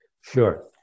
Sure